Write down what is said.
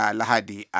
lahadi